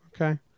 Okay